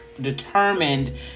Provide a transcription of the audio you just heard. determined